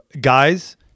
Guys